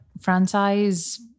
franchise